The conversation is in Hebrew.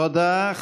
תודה.